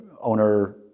owner